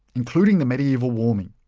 including the medieval warming.